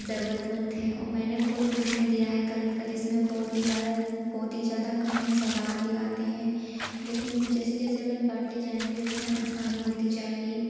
ज़रूरतमंद है और मैंने ख़ुद ट्यूशन दिया है गणित का जिस में बहुत ही ज़्यादा बहुत ही ज़्यादा कठिन सवाल भी आते हैं लेकिन वो जैसे जैसे अपन पढ़ते जाएंगे उस में आसानी होती जाएगी